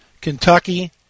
Kentucky